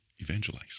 evangelize